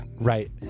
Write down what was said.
Right